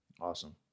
Awesome